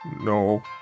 No